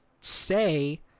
say